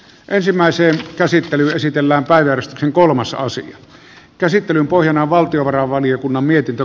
ensimmäiseen käsittely esitellä paidan kolmas aasian käsittelyn pohjana on valtiovarainvaliokunnan mietintö